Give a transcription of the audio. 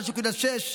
3.6,